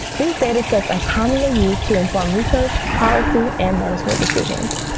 these data sets are commonly used to inform research, policy, and management decisions.